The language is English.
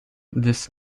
this